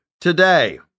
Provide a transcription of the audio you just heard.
today